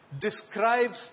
describes